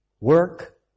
work